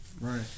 Right